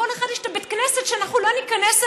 לכל אחד יש את בית הכנסת שהוא לא ייכנס אליו.